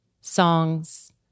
songs